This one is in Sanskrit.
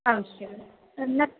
आवश्यकं न